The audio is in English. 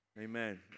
Amen